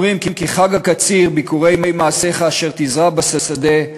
אומרים כי "חג הקציר בכורי מעשיך אשר תזרע בשדה",